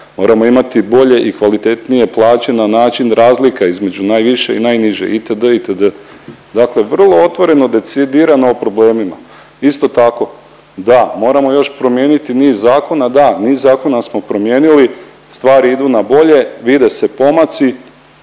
moramo imati bolje i kvalitetnije plaće na način razlika između najviše i najniže itd., itd., dakle vrlo otvoreno i decidirano o problemima. Isto tako da moramo još promijeniti niz zakona, da, niz zakona smo promijenili, stvari idu na bolje, vide se pomaci,